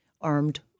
armed